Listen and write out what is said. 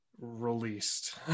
released